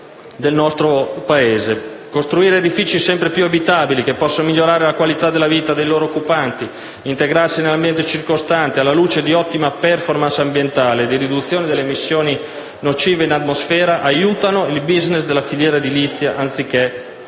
Costruire edifici sempre più abitabili, che possano migliorare la qualità della vita dei loro occupanti e integrarsi all'ambiente circostante, alla luce di ottime *performance* ambientali e di una riduzione delle emissioni nocive in atmosfera, aiutano il *business* della filiera edilizia, anziché affossarlo.